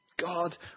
God